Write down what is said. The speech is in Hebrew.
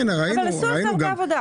כן, ראינו.